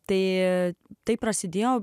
tai taip prasidėjo